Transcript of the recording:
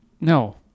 no